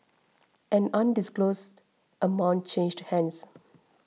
an undisclosed amount changed hands